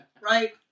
right